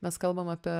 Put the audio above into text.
mes kalbam apie